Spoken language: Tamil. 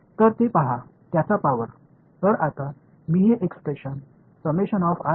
இங்கே இந்த வேறு சில என்ற இந்த வெளிப்பாட்டை இங்கே எழுதுவார்கள்